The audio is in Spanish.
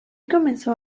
comenzó